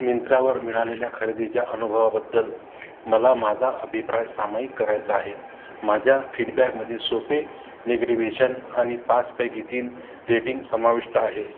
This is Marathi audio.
मिंत्रावर मिळालेल्या खरेदीच्या अनुभवाबद्दल मला माझा अभिप्राय सामयिक करायचा आहे माझ्या फीडबॅकमध्ये सोपे निगेटिवेशन आणि पाच पैकी तीन रेटिंग समाविष्ट आहे